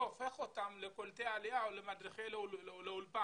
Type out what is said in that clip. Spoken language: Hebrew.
הופך אותם לקולטי עלייה או למדריכי אולפן.